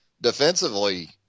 defensively